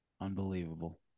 Unbelievable